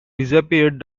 disappeared